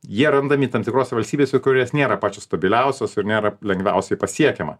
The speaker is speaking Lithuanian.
jie randami tam tikros valstybėse kurios nėra pačios stabiliausios ir nėra lengviausiai pasiekiama